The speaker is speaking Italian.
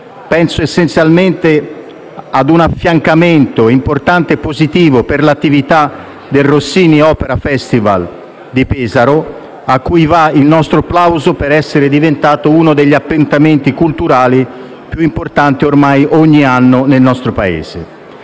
Penso essenzialmente a un affiancamento, importante e positivo per l'attività del Rossini opera festival di Pesaro, a cui va il nostro plauso per essere diventato ormai uno degli appuntamenti culturali annuali più importanti del nostro Paese;